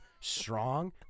strong